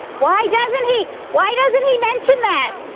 why doesn't he why doesn't he mention that?